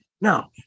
Now